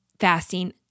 Fasting